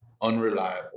unreliable